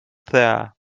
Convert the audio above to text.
there